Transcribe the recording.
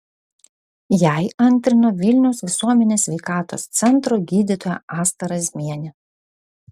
jai antrino vilniaus visuomenės sveikatos centro gydytoja asta razmienė